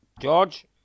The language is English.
George